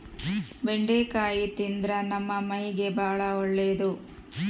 ಬೆಂಡಿಕಾಯಿ ತಿಂದ್ರ ನಮ್ಮ ಮೈಗೆ ಬಾಳ ಒಳ್ಳೆದು